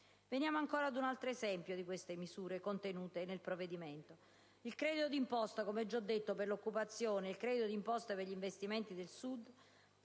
Veniamo ancora ad un altro esempio delle misure contenute nel provvedimento: il credito di imposta per l'occupazione e il credito di imposta per gli investimenti nel Sud.